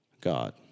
God